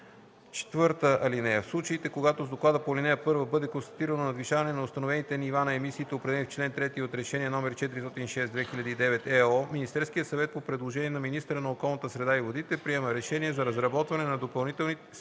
11, ал. 2. (4) В случаите, когато с доклада по ал. 1 бъде констатирано надвишаване на установените нива на емисиите, определени в чл. 3 от Решение № 406/2009/ЕО, Министерският съвет по предложение на министъра на околната среда и водите приема решение за разработване на допълнителни